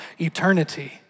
eternity